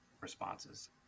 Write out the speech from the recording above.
responses